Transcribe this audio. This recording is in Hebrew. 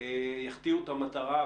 יחטיאו את המטרה,